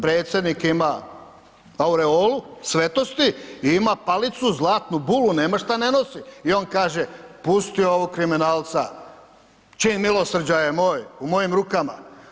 Predsjednik ima aureolu svetosti i ima palicu, Zlatnu bulu, nema šta ne nosi i on kaže pusti ovog kriminalca, čin milosrđa je moj, u mojim rukama.